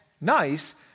nice